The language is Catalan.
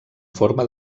forma